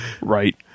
right